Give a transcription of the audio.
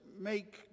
make